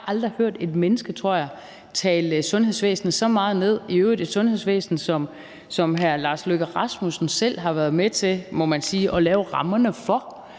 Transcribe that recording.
jeg har aldrig hørt et menneske, tror jeg, tale sundhedsvæsenet så meget ned – i øvrigt et sundhedsvæsen, som hr. Lars Løkke Rasmussen selv har været med til, må man sige, at lave rammerne for